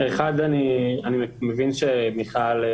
אני מבין שמיכל,